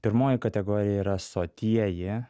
pirmoji kategorija yra sotieji